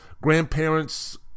grandparents